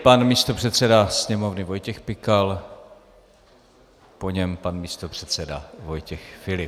Pan místopředseda Sněmovny Vojtěch Pikal, po něm pan místopředseda Vojtěch Filip.